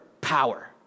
power